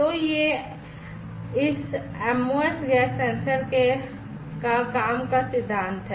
तो यह इस MOS गैस सेंसर का काम का सिद्धांत है